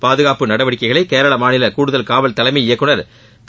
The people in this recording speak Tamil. பாதுகாப்பு நடவடிக்கைகளை கேரள மாநில கூடுதல் காவல் தலைமை இயக்குநர் திரு